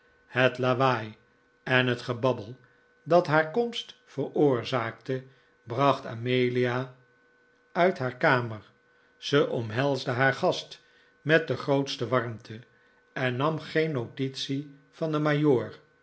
het lawaai en het gebabbel dat haar komst veroorzaakte bracht amelia uit haar kamer ze omhelsde haar gast met cle grootste warmte en nam geen notitie van den